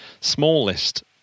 smallest